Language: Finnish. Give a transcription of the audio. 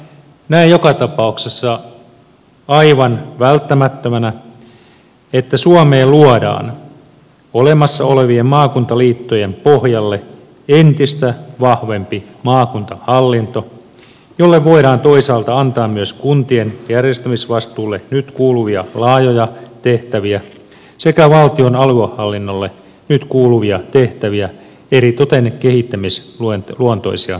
näen joka tapauksessa aivan välttämättömänä että suomeen luodaan olemassa olevien maakuntaliittojen pohjalle entistä vahvempi maakuntahallinto jolle voidaan toisaalta antaa myös kuntien järjestämisvastuulle nyt kuuluvia laajoja tehtäviä sekä valtion aluehallinnolle nyt kuuluvia tehtäviä eritoten kehittämisluontoisia tehtäviä